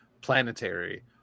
planetary